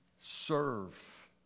serve